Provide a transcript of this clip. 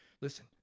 listen